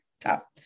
top